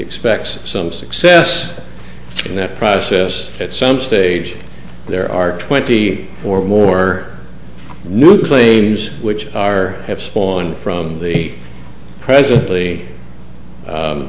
expects some success in that process at some stage there are twenty or more new planes which are have spawned from the presently